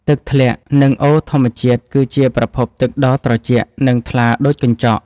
ទឹកធ្លាក់ និងអូរធម្មជាតិគឺជាប្រភពទឹកដ៏ត្រជាក់ និងថ្លាដូចកញ្ចក់។